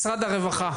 התייחסות משרד הרווחה.